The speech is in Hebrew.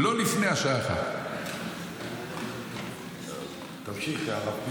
לא לפני השעה 13:00. תמשיך, הרב פינדרוס.